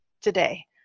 today